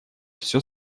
все